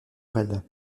bresle